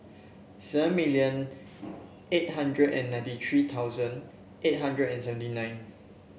seven million eight hundred and ninety three thousand eight hundred and seventy nine